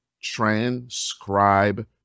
transcribe